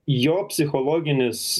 jo psichologinis